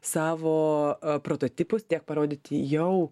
savo prototipus tiek parodyti jau